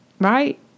Right